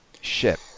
ship